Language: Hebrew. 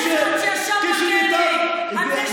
לא היה אחד שישב בכלא על זה שהוא הבריח טלפונים,